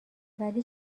ولی